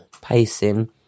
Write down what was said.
pacing